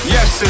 Yes